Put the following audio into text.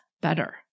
better